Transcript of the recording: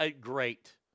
Great